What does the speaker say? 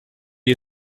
you